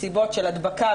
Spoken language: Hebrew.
מסיבות של הדבקה,